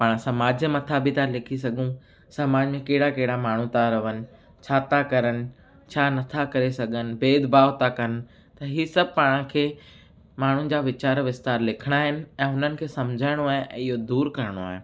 पाण समाज जे मथां बि था लिखी सघूं सामान्य कहिड़ा कहिड़ा माण्हू था रहनि छा था करनि छा नथा करे सघनि भेदभाव था कनि त हीउ सभु पाण खे माण्हुनि जा वीचार विस्तार लिखणा आहिनि ऐं हुननि खे सम्झाइणो आहे इहो दूरु करिणो आहे